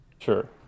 Sure